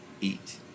eat